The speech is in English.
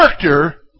character